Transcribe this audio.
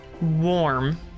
warm